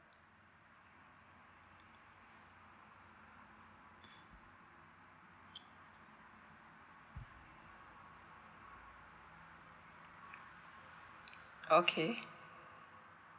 okay